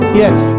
yes